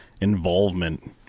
involvement